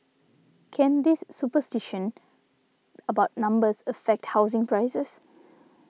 can this superstition about numbers affect housing prices